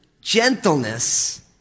gentleness